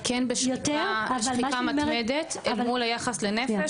אבל כן בשחיקה מתמדת אל מול היחס לנפש,